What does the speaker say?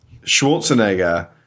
Schwarzenegger